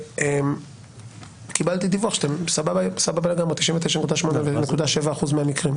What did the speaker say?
קיבלתי דיווח שאתם סבבה לגמרי, 99.86% מהמקרים.